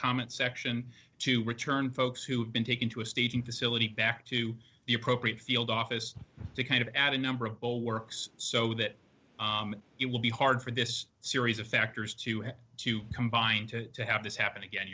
comment section to return folks who have been taken to a staging facility back to the appropriate field office to kind of add a number of works so that it will be hard for this series of factors to have to combine to to have this happen again